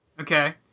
Okay